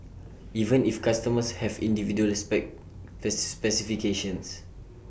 even if customers have individual spec pets specifications